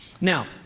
Now